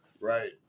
Right